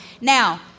Now